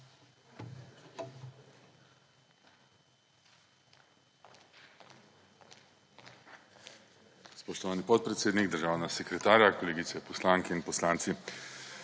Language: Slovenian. Spoštovani podpredsednik, državna sekretarja, kolegice poslanke in poslanci.